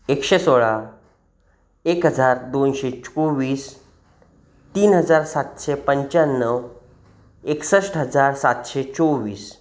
एकशे सोळा एक हजार दोनशे चोवीस तीन हजार सातशे पंच्याण्णव एकसष्ट हजार सातशे चोवीस